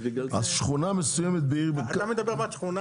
אתה מדבר על שכונה.